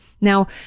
Now